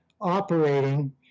operating